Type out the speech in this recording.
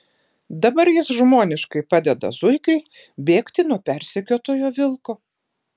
dabar jis žmoniškai padeda zuikiui bėgti nuo persekiotojo vilko